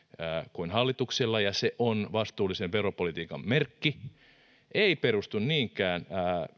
kuin hallituksella ja se on vastuullisen veropolitiikan merkki ei perustu niinkään